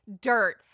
dirt